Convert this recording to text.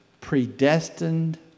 predestined